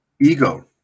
ego